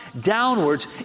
downwards